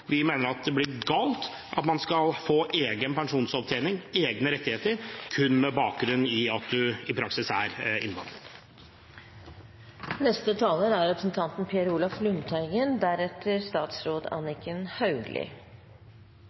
Vi mener at det blir galt at man skal få egen pensjonsopptjening og egne rettigheter kun med bakgrunn i at man i praksis er